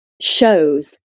shows